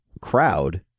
crowd